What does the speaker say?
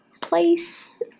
place